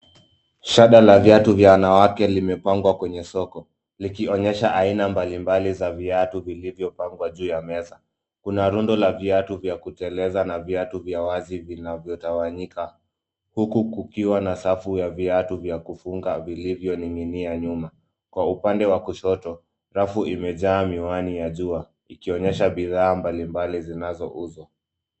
Shada la viatu vya wanawake limepangwa kwenye soko, likionyesha aina mbalimbali za viatu vilivyopangwa juu ya meza. Kuna rundo la viatu vya kuteleza na viatu vya wazi vinavyotawanyika huku kukiwa na safu ya viatu vya kufunga vilivyoning'inia nyuma. Kwa upande wa kushoto rafu imejaa miwani ya jua, ikionyesha bidhaa mbalimbali zinazouzwa.